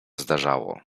zdarzało